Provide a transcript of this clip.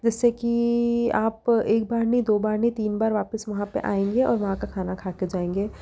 जिससे कि आप एक बार नहीं दो बार नहीं तीन बार वापस वहाँ पर आएँगे और वहाँ का खाना खा कर जाएँगे